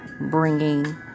bringing